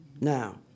Now